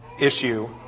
issue